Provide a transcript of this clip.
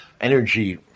energy